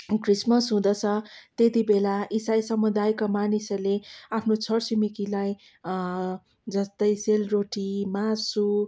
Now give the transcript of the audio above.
Christmas हुँदछ त्यतिबेला इसाई समुदायका मानिसहरूले आफ्नो छर छिमेकीलाई जस्तै सेलरोटी मासु